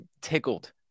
tickled